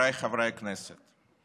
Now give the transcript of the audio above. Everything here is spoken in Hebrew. חבריי חברי הכנסת,